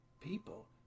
people